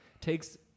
takes